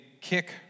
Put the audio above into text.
kick